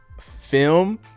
film